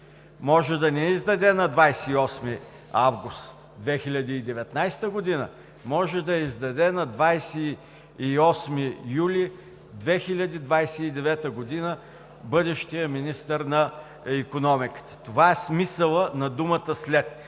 Може да не я издаде на 28 август 2019 г., може да я издаде на 28 юли 2029 г. бъдещият министър на икономиката. Това е смисълът на думата „след“.